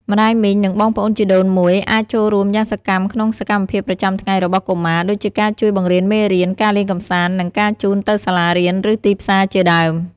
ម្ដាយមីង និងបងប្អូនជីដូនមួយអាចចូលរួមយ៉ាងសកម្មក្នុងសកម្មភាពប្រចាំថ្ងៃរបស់កុមារ ដូចជាការជួយបង្រៀនមេរៀន ការលេងកម្សាន្ត ការជូនទៅសាលារៀន ឬទីផ្សារជាដើម។